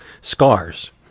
scars